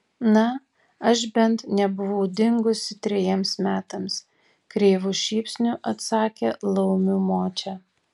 na aš bent nebuvau dingusi trejiems metams kreivu šypsniu atsakė laumių močia